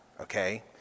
okay